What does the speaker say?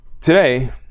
today